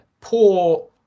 Poor